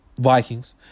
Vikings